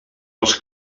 dels